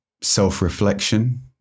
self-reflection